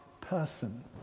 person